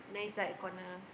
the side corner